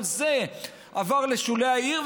גם זה עבר לשולי העיר,